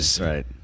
Right